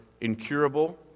incurable